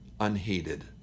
unheeded